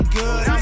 good